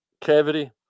cavity